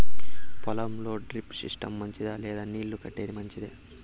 పొలం లో drip system మంచిదా లేదా నీళ్లు కట్టేది మంచిదా?